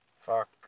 Fuck